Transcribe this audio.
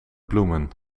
bloemen